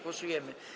Głosujemy.